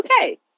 okay